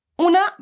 una